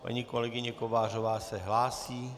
Paní kolegyně Kovářová se hlásí?